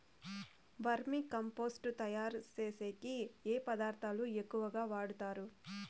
వర్మి compost తయారుచేసేకి ఏ పదార్థాలు ఎక్కువగా వాడుతారు